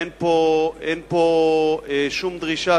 אין פה שום דרישה.